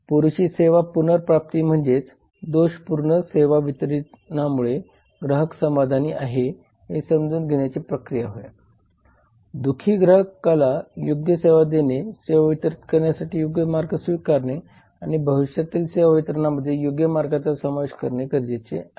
पुरेशी सेवा पुनर्प्राप्ती म्हणजे दोषपूर्ण सेवा वितरणामुळे ग्राहक असमाधानी आहे हे समजून घेण्याची प्रक्रिया होय दुःखी ग्राहकाला योग्य सेवा देणे सेवा वितरणासाठी योग्य मार्ग स्वीकारणे आणि भविष्यातील सेवा वितरणामध्ये योग्य मार्गांचा समावेश करणे गरजेचे आहे